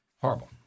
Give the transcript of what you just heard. Horrible